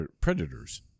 predators